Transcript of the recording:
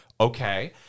Okay